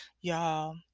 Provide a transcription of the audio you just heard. y'all